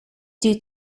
due